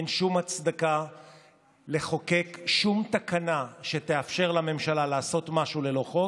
אין שום הצדקה לחוקק שום תקנה שתאפשר לממשלה לעשות משהו ללא חוק